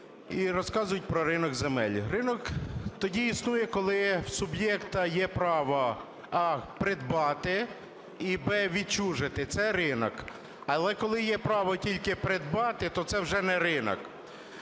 і розказують про ринок земель. Ринок тоді існує, коли в суб'єкта є право: а) придбати, б) відчужити – це ринок. Але коли є право тільки придбати, то це вже не ринок.